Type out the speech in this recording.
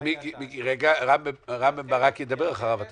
מהתוכנית הכלכלית כבר נכתב, נעשתה עליו עבודה.